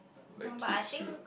like kid shoot